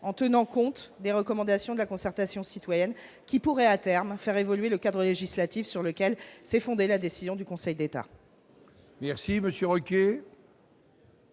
en tenant compte des recommandations de la concertation citoyenne, et pourrait à terme faire évoluer le cadre législatif sur lequel s'est fondé le Conseil d'État